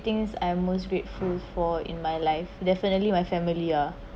things I’m most grateful for in my life definitely my family ah